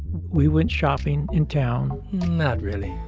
we went shopping in town not really.